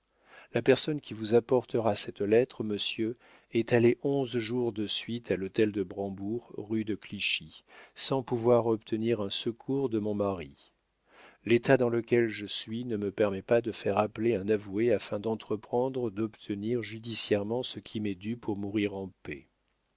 la personne qui vous apportera cette lettre monsieur est allée onze jours de suite à l'hôtel de brambourg rue de clichy sans pouvoir obtenir un secours de mon mari l'état dans lequel je suis ne me permet pas de faire appeler un avoué afin d'entreprendre d'obtenir judiciairement ce qui m'est dû pour mourir en paix